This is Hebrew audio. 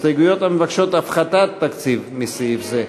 הסתייגויות המבקשות הפחתת תקציב מסעיף זה.